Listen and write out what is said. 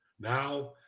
Now